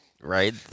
Right